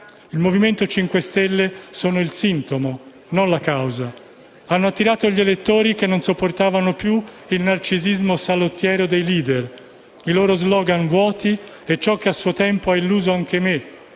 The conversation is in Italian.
Il Movimento 5 Stelle è il sintomo, non la causa. I Cinquestelle hanno attirato gli elettori che non sopportavano più il narcisismo salottiero dei *leader*, i loro *slogan* vuoti e ciò che a suo tempo ha deluso anche me,